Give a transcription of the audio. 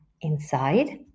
inside